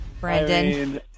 Brandon